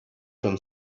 from